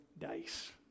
dice